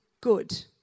good